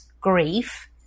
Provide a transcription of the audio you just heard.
grief